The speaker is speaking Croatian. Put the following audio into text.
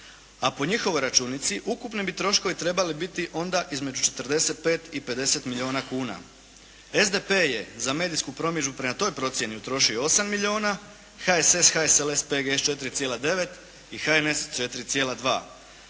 a po njihovoj računici ukupni bi troškovi trebali biti onda između 45 i 50 milijuna kuna. SDP je za medijsku promidžbu prema toj procjeni utrošio 8 milijuna, HSLS HSLS PGS 4,9 i HNS 4,2.